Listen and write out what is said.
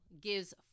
gives